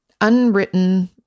unwritten